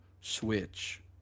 Switch